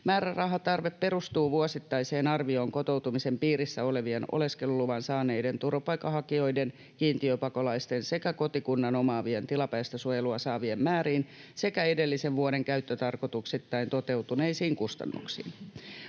Määrärahatarve perustuu vuosittaiseen arvioon kotoutumisen piirissä olevien, oleskeluluvan saaneiden turvapaikanhakijoiden, kiintiöpakolaisten sekä kotikunnan omaavien tilapäistä suojelua saavien määriin sekä edellisen vuoden käyttötarkoituksittain toteutuneisiin kustannuksiin.